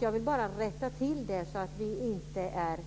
Jag ville bara rätta till det så att vi är